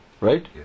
right